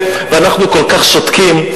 ואנחנו כל כך שותקים,